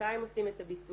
מתי הם עושים את הביצועים.